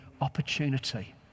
opportunity